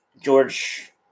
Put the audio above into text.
george